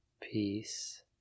peace